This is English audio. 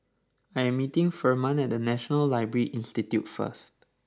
I am meeting Ferman at National Library Institute first